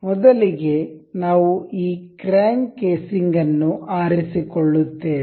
ಮೊದಲಿಗೆ ನಾವು ಈ ಕ್ರ್ಯಾಂಕ್ ಕೇಸಿಂಗ್ ಅನ್ನು ಆರಿಸಿಕೊಳ್ಳುತ್ತೇವೆ